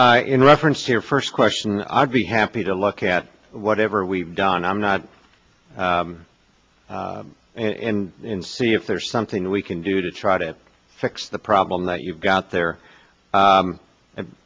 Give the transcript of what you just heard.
s in reference to your first question i'd be happy to look at whatever we've done i'm not in in see if there's something we can do to try to fix the problem that you've got there